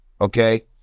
Okay